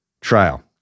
trial